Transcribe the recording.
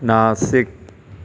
Nashik